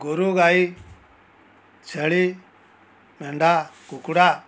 ଗୋରୁ ଗାଈ ଛେଳି ମେଣ୍ଢା କୁକୁଡ଼ା